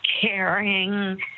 caring